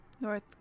North